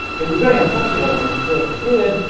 it was very unpopular when it first appeared.